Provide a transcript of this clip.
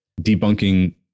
debunking